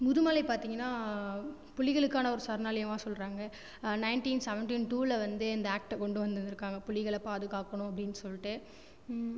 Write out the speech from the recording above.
முதுமலை பார்த்தீங்கனா புலிகளுக்கான ஒரு சரணாலயமாக சொல்லுறாங்க நைன்டீன் செவன்ட்டின் டூவில வந்து இந்த ஆக்ட் கொண்டு வந்து இருக்காங்க புலிகளை பாதுகாக்கனும் அப்படினு சொல்லிட்டு